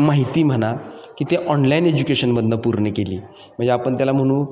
माहिती म्हणा की ते ऑनलाईन एज्युकेशनमधनं पूर्ण केली म्हणजे आपण त्याला म्हणु